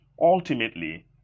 ultimately